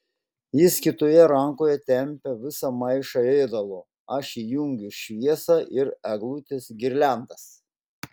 jis kitoje rankoje tempia visą maišą ėdalo aš įjungiu šviesą ir eglutės girliandas